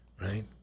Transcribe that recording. Right